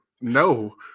no